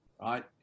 right